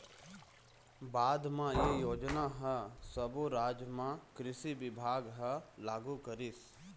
बाद म ए योजना ह सब्बो राज म कृषि बिभाग ह लागू करिस